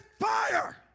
fire